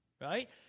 Right